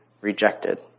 rejected